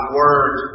word